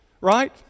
Right